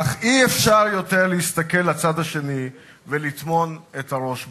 אך אי-אפשר יותר להסתכל לצד השני ולטמון את הראש בחול.